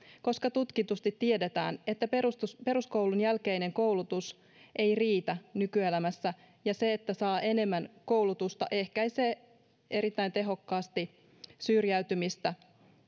koska tutkitusti tiedetään että peruskoulun jälkeinen koulutus ei riitä nykyelämässä ja se että saa enemmän koulutusta ehkäisee erittäin tehokkaasti syrjäytymistä